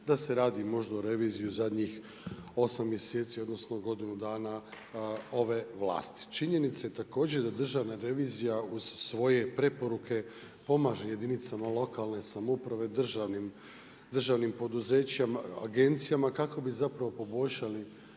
da se radili možda reviziju zadnjih osam mjeseci odnosno godinu dana ove vlasti. Činjenica je također da Državna revizija uz svoje preporuke pomaže jedinicama lokalne samouprave, državnim poduzećima, agencijama kako bi poboljšali